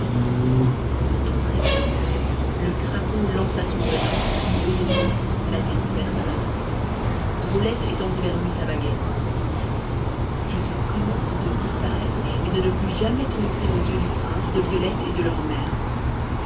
pour toute réponse le crapaud lança son venin qui heureusement n'atteignit personne drôlette étendit vers lui sa baguette je te commande de disparaître et de ne plus jamais te montrer aux yeux du prince de violette et de leur mère